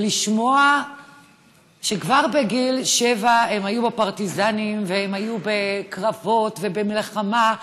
ולשמוע שכבר בגיל שבע הם היו בפרטיזנים והם היו בקרבות ובמלחמה.